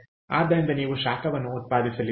ಆದ್ದರಿಂದ ನೀವು ಶಾಖವನ್ನು ಉತ್ಪಾದಿಸಲಿದ್ದೀರಿ